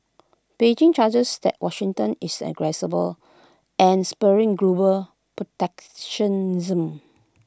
Beijing charges that Washington is the and spurring global protectionism